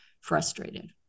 frustrated